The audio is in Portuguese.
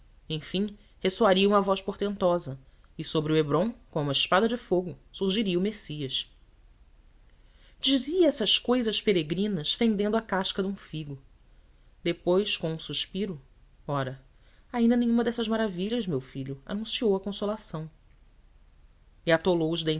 enfim ressoaria uma voz portentosa e sobre o hébron com uma espada de fogo surgiria o messias dizia estas cousas peregrinas fendendo a casca de um figo depois com um suspiro ora ainda nenhuma dessas maravilhas meu filho anunciou a consolação e atolou os